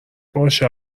باشه